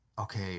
okay